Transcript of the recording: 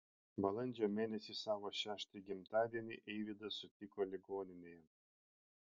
balandžio mėnesį savo šeštąjį gimtadienį eivydas sutiko ligoninėje